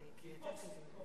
אפוקסי.